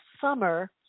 summer